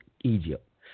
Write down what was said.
Egypt